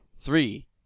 three